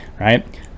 right